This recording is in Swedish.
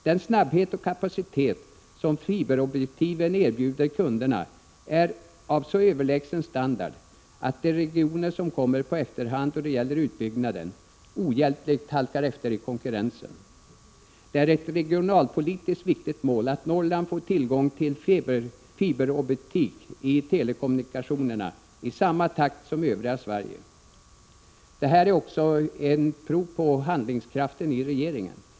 Den snabbhet och kapacitet som fiberoptiken erbjuder kunderna är av så överlägsen standard, att de regioner som kommer på efterhand då det gäller utbyggnaden ohjälpligt halkar efter i konkurrensen. Det är ett regionalpolitiskt viktigt mål att Norrland får tillgång till fiberoptik i telekommunikationerna i samma takt som övriga Sverige. Detta är också ett prov på handlingskraften i regeringen.